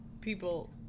people